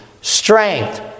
strength